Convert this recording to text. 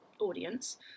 audience